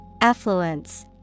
Affluence